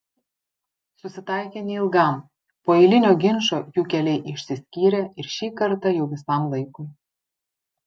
susitaikė neilgam po eilinio ginčo jų keliai išsiskyrė ir šį kartą jau visam laikui